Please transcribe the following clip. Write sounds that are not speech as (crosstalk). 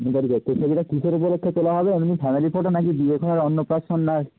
(unintelligible) কীসের উপলক্ষ্যে তোলা হবে এমনি ফ্যামিলি ফটো না কি বিয়ে থা অন্নপ্রাশন না